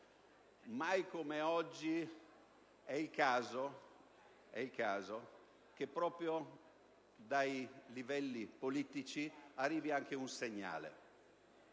mai come oggi è il caso che proprio dai livelli politici arrivi anche un segnale